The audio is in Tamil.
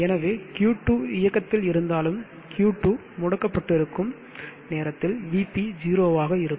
எனவே Q2 இயக்கத்தில் இருந்தாலும் Q2 முடக்கப்பட்டிருக்கும் நேரத்தில் Vp 0 வாக இருக்கும்